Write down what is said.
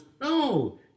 no